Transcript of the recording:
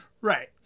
Right